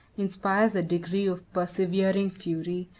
inspires a degree of persevering fury,